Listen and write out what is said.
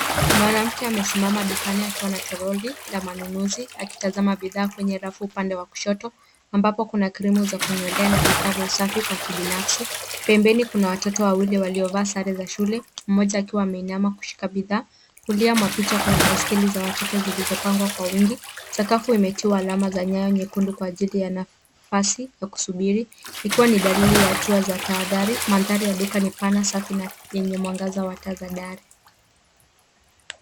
Mwanamke amesimama dukani akiwa na toroli la manunuzi akitazama bidhaa kwenye rafu upande wa kushoto, ambapo kuna krimu za kunyolea na vifaa vya usafi kwa kibinafsi. Pembeni kuna watoto wawili waliovaa sare za shule, mmoja akiwa ameinama kushika bidhaa. Kulia mwa picha kuna baiskeli za watoto zilizopangwa kwa wingi. Sakafu imetiwa alama za nyayo nyekundu kwa ajili ya nafasi ya kusubiri ikiwa ni dalili ya hatua za tahadhari. Mandhari ya duka ni pana safi na yenye mwangaza wa taa za dari.